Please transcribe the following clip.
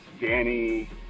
Danny